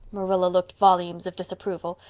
marilla looked volumes of disapproval.